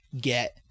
get